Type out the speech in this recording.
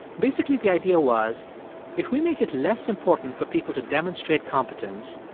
basically, the idea was if we make it less important for people to demonstrate competence,